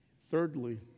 Thirdly